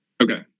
Okay